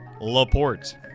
LaPorte